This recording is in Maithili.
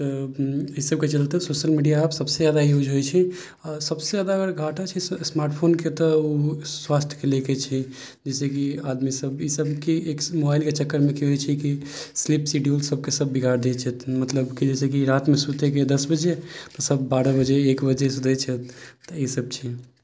तऽ ईसब के चलते सोशल मीडिया ऐप सबसे जादे यूज होइ छै आ सबसे जादा अगर घाटा छै स्मार्ट फोन के तऽ ओ स्वास्थ्य के लऽ कऽ छै जैसेकि आदमी सब इसबके एक मोबाइलके चक्कर मे की होइ छै की स्लीप सीडीयूल सबके सब बिगारि दै छै मतलब की जैसेकि राति मे सुते के दस बजे सब बारह बजे एक बजे सुते छथि तऽ इसब छै